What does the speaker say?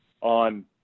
on –